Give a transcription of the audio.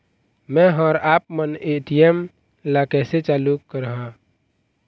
मैं हर आपमन ए.टी.एम ला कैसे चालू कराहां?